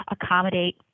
accommodate